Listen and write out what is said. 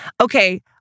Okay